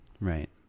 Right